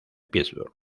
pittsburgh